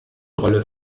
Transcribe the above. rolle